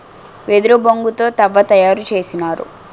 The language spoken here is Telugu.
వెదురు బొంగు తో తవ్వ తయారు చేసినారు